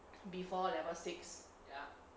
before level six